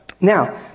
Now